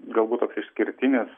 galbūt toks išskirtinis